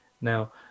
Now